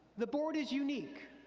the board is unique.